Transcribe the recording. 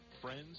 friends